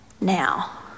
Now